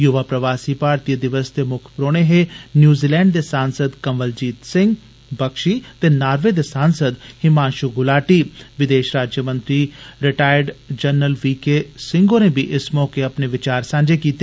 युवा प्रवासी भारतीय दिवस दे मुक्ख परोहने हे न्यूजीलैंड दे सांसद कवल जीत सिंह बक्षी ते नार्वे दे सांसद हिमांषू गुलार्टी विदेष राज्यमंत्री retired general V K Singh होरें बी इस मौके अपने विचार सांझे कीते